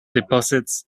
deposits